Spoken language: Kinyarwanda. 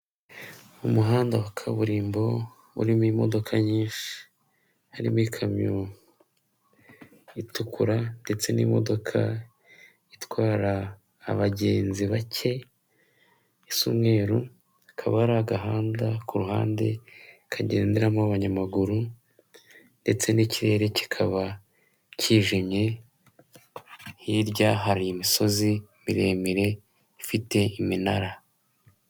Umuhanda wa kaburimbo urimo imodoka nyinshi, harimo ikamyo itukura ndetse n'imodoka itwara abagenzi bake isa umweru, hakaba hari agahanda ku ruhande kagenderamo abanyamaguru ndetse n'ikirere kikaba kijimye, hirya hari imisozi miremire ifite iminara.